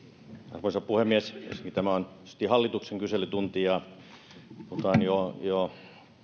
arvoisa puhemies ensinnäkin tämä on tietysti hallituksen kyselytunti ja puhutaan jo jo